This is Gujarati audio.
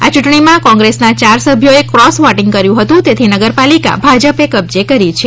આ ચૂંટણીમાં કોંગ્રેસના યાર સભ્યોએ ક્રોસ વોટીંગ કર્યું હતું તેથી નગરપાલિકા ભાજપે કબજે કરી છે